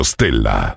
Stella